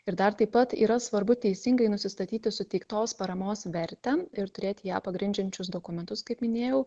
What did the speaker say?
ir dar taip pat yra svarbu teisingai nusistatyti suteiktos paramos vertę ir turėti ją pagrindžiančius dokumentus kaip minėjau